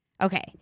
okay